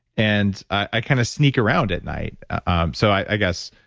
and i kind of sneak around at night um so, i guess,